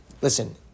Listen